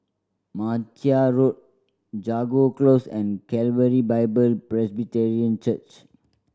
Martia Road Jago Close and Calvary Bible Presbyterian Church